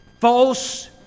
false